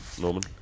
Norman